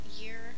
year